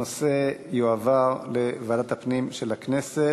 הנושא יועבר לוועדת הפנים של הכנסת.